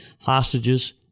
hostages